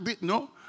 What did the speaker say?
No